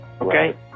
okay